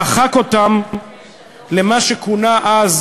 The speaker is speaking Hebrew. דחק אותן למה שכונה אז,